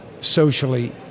socially